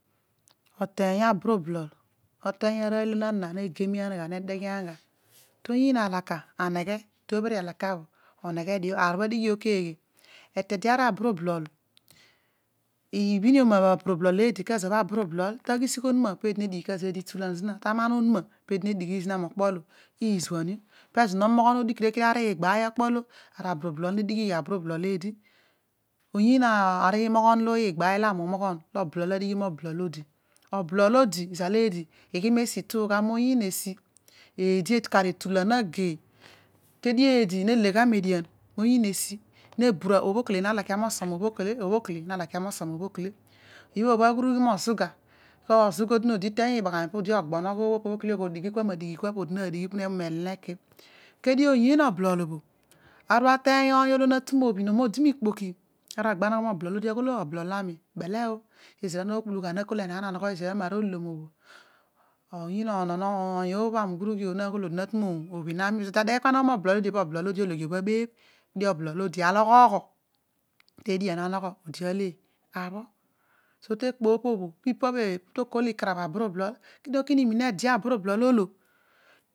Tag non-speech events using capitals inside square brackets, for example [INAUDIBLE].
Oteeny abrublol oteeny arooy olo na na ne gemian gha toyiin alaka aneghe tobhiri alaka bho oneghe dio aar bho adighi [HESITATION] bho keghe etede arubrublol ibhin ma abrublol eeedi kezo bho oblol taighisigh onuma peedi nadighi kezo bho eedi etulan zina ta aman onuma peedi nedighi zina mokpoolo izuan it pezi nomoghon mo blol adighi moblol odi oblol odi izal eedi inegheni mooy ezira nokpulngha olaol enaan anogho ezira mo olom bho ozuga bho alogh oogho tedien odi ale pa abho ta kpo opo bho tokol ikarabh abrublol kedio ka ode abrublol olo